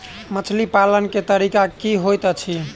मछली पालन केँ तरीका की होइत अछि?